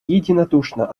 единодушно